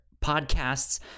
podcasts